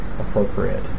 appropriate